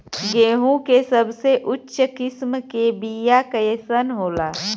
गेहूँ के सबसे उच्च किस्म के बीया कैसन होला?